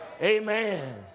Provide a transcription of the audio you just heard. Amen